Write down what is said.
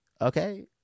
Okay